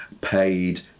paid